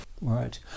right